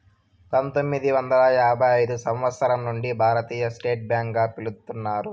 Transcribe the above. పంతొమ్మిది వందల యాభై ఐదు సంవచ్చరం నుండి భారతీయ స్టేట్ బ్యాంక్ గా పిలుత్తున్నారు